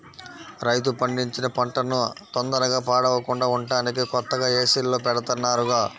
రైతు పండించిన పంటన తొందరగా పాడవకుండా ఉంటానికి కొత్తగా ఏసీల్లో బెడతన్నారుగా